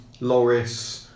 Loris